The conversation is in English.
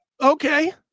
Okay